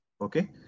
Okay